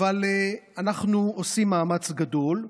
אבל אנחנו עושים מאמץ גדול מאוד.